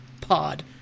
pod